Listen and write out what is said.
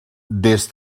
des